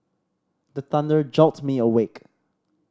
the thunder jolt me awake